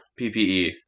PPE